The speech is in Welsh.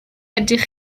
ydych